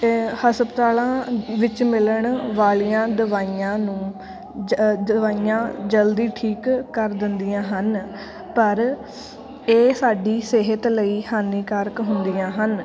ਹਸਪਤਾਲਾਂ ਵਿੱਚ ਮਿਲਣ ਵਾਲੀਆਂ ਦਵਾਈਆਂ ਨੂੰ ਜ ਦਵਾਈਆਂ ਜਲਦੀ ਠੀਕ ਕਰ ਦਿੰਦੀਆਂ ਹਨ ਪਰ ਇਹ ਸਾਡੀ ਸਿਹਤ ਲਈ ਹਾਨੀਕਾਰਕ ਹੁੰਦੀਆਂ ਹਨ